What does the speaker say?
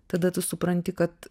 tada tu supranti kad